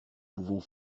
pouvons